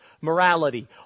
morality